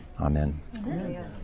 Amen